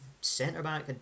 centre-back